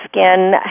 Skin